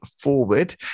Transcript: forward